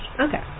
Okay